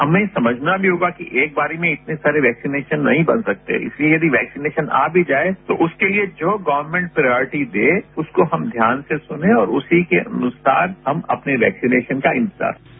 हमें समझना भी होगा कि एक बार में इतने वैक्सीनेशन नहीं बन सकते इस लिए वैक्सीनेशन आ भी जाये तो उसके लिए जो गर्वमेंट प्रॉयटी दे उसको ध्यान से सुनें और उसी के अनुसार हम अपने वैक्सीनेशन का इंतजार करें